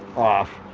off!